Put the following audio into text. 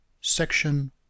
Section